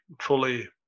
fully